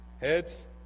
Heads